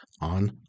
on